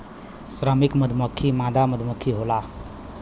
श्रमिक मधुमक्खी मादा मधुमक्खी होला